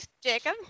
Jacob